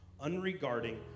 unregarding